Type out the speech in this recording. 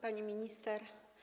Pani Minister!